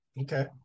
Okay